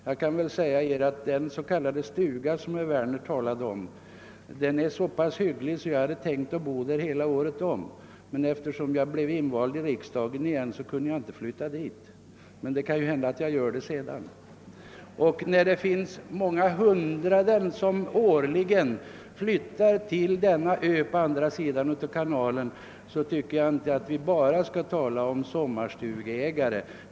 Jag kan meddela att den s.k. stuga som herr Werner talade om är så pass bra att jag hade tänkt bo där hela året, men eftersom jag på nytt blev invald i riksdagen kunde jag inte flytta dit. Men det kan ju hända att jag gör det senare. Då hundratals människor årligen flyttar till denna ö på andra sidan av kanalen tycker jag inte att man bara skall tala om sommarstugeägare.